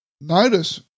Notice